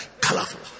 colorful